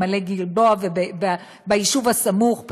במעלה גלבוע וביישוב הסמוך,